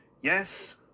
Yes